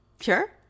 Sure